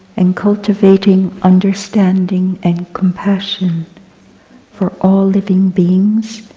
and cultivating understanding and compassion for all living beings,